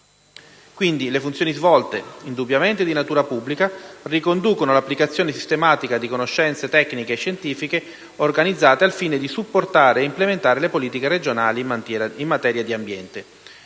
Quindi, le funzioni svolte - indubbiamente di natura pubblica - riconducono l'applicazione sistematica di conoscenze tecniche e scientifiche organizzate al fine di supportare e implementare le politiche regionali in materia di ambiente.